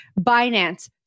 Binance